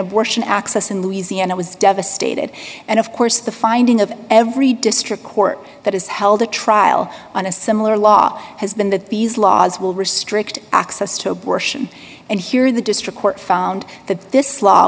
abortion access in louisiana was devastated and of course the finding of every district court that has held a trial on a similar law has been that these laws will restrict access to abortion and here the district court found that this law